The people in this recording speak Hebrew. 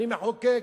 אני מחוקק.